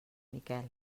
miquel